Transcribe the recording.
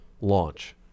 launch